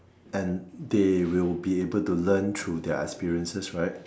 and they will be able to learn through their experiences right